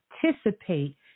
participate